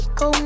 go